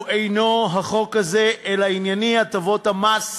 הוא אינו החוק הזה אלא ענייני הטבות המס.